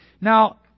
Now